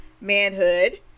manhood